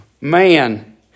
man